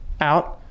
out